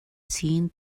seen